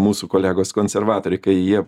mūsų kolegos konservatoriai kai jie